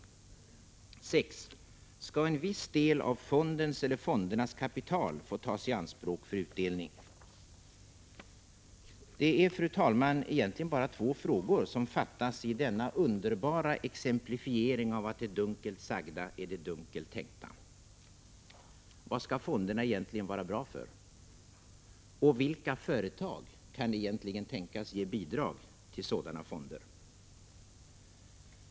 6. Skall en viss del av fondens eller fondernas kapital få tas i anspråk för utdelning? Det är, fru talman, bara två frågor som fattas i denna underbara exemplifiering av att det dunkelt sagda är det dunkelt tänkta: Vad skall fonderna egentligen vara bra för? Vilka företag kan egentligen tänkas ge bidrag till sådana fonder?